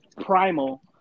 primal